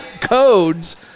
codes